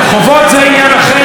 חובות זה עניין אחר.